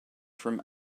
from